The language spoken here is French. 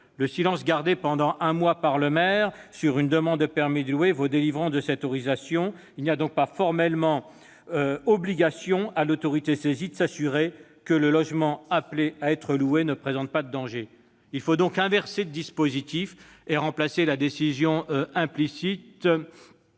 le silence gardé pendant un mois par le maire sur une demande de « permis de louer » vaut délivrance de cette autorisation. Il n'y a donc pas d'obligation formelle pour l'autorité saisie de s'assurer que le logement appelé à être loué ne présente pas de danger. Il faut inverser le dispositif en remplaçant la décision implicite